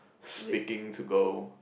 speaking to go